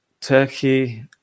Turkey